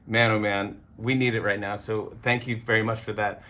man, oh, man, we need it right now. so, thank you very much for that.